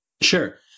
Sure